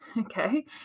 okay